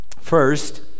First